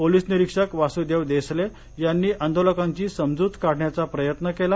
police निरीक्षक वासुदेव देसले यांनी आंदोलकांची समजूत काढण्याचा प्रयत्न केला